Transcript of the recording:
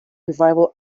revival